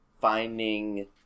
finding